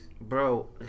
Bro